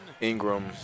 Ingram